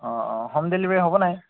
অ অ home delivery হ'ব নাই